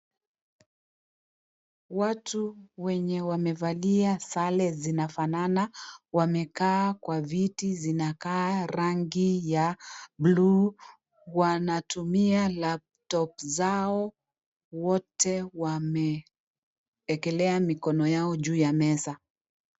Watu wenye wamevalia sare zimefanana wamekaa kwa viti zinakaa rangi ya bluu wanatumia laptop zao wote wameekelea mikono yao juu ya meza.